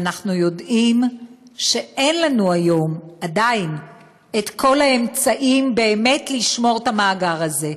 ואנחנו יודעים שאין לנו היום עדיין כל האמצעים באמת לשמור את המאגר הזה.